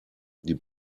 die